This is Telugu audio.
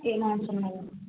ఏం అవసరం లేదా